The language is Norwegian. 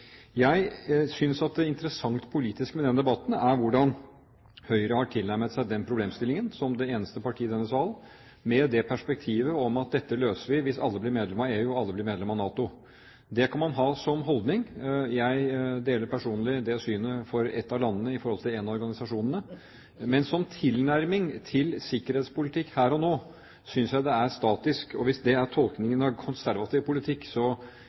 Jeg synes at det politisk interessante med denne debatten er hvordan Høyre har tilnærmet seg den problemstillingen – som det eneste parti i denne salen, med det perspektivet at dette løser vi hvis alle blir medlem av EU, og alle blir medlem av NATO. Det kan man ha som holdning. Jeg deler personlig det synet for ett av landene når det gjelder en av organisasjonene. Men som tilnærming til sikkerhetspolitikk her og nå synes jeg det er statisk, og hvis det er tolkningen av konservativ politikk,